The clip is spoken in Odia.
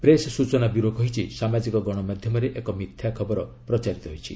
ପ୍ରେସ୍ ସୂଚନା ବ୍ୟୁରୋ କହିଛି ସାମାଜିକ ଗଣମାଧ୍ୟମରେ ଏକ ଏକ ମିଥ୍ୟା ଖବର ପ୍ରଚାରିତ ହୋଇଛି